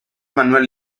manuel